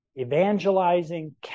evangelizing